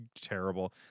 terrible